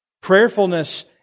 Prayerfulness